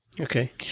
Okay